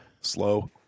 Slow